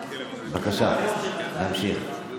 בבקשה, אפשר להמשיך.